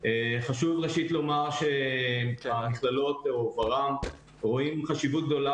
חשוב לומר שהמכללות או ור"מ רואים חשיבות גדולה